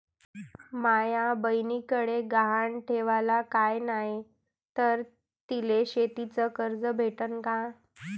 माया बयनीकडे गहान ठेवाला काय नाही तर तिले शेतीच कर्ज भेटन का?